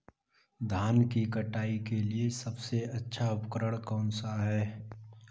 धान की कटाई के लिए सबसे अच्छा उपकरण कौन सा है?